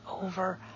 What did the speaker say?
over